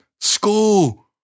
school